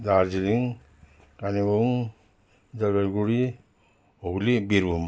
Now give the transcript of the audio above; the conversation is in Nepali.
दार्जिलिङ कालेबुङ जलपाइगुडी हुगली वीरभुम